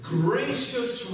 gracious